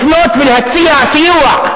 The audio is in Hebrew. לפנות ולהציע סיוע,